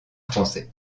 français